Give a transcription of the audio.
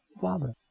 Father